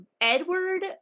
edward